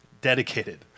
dedicated